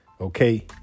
Okay